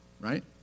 Right